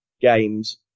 games